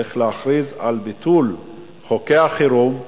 צריך להכריז על ביטול חוקי החירום,